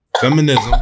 feminism